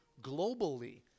globally